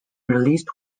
released